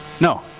No